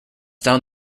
down